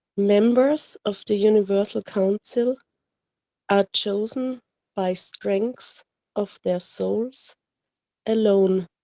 members of the universal council are chosen by strength of their souls alone,